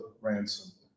Ransom